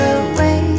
away